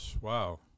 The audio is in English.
Wow